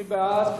מי בעד?